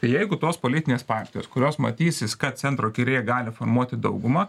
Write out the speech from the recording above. tai jeigu tos politinės partijos kurios matysis kad centro kairėje gali formuoti daugumą